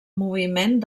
moviment